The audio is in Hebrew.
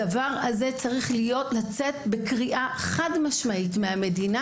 הדבר הזה צריך לצאת בקריאה חד-משמעית מהמדינה,